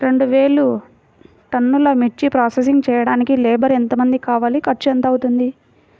రెండు వేలు టన్నుల మిర్చి ప్రోసెసింగ్ చేయడానికి లేబర్ ఎంతమంది కావాలి, ఖర్చు ఎంత అవుతుంది?